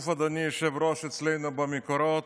אדוני היושב-ראש, כתוב אצלנו במקורות: